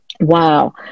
Wow